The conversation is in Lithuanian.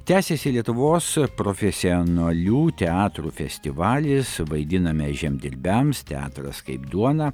tęsiasi lietuvos profesionalių teatrų festivalis vaidiname žemdirbiams teatras kaip duona